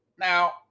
now